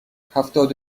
هفتاد